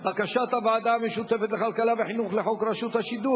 בקשת הוועדה המשותפת לכלכלה וחינוך לחוק רשות השידור,